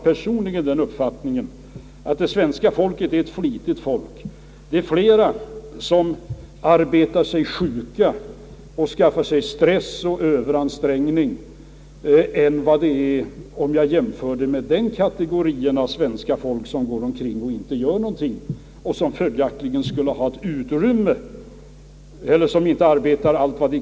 Personligen anser jag att svenskarna är flitiga — det är flera som arbetar sig sjuka och råkar ut för stress och överansträngning än det är som går sysslolösa eller inte arbetar allt de kan och som följaktligen skulle ha utrymme för en ökad arbetsinsats.